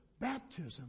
baptism